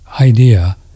idea